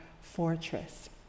fortress